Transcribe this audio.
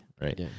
right